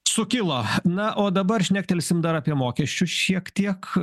sukilo na o dabar šnektelsim dar apie mokesčius šiek tiek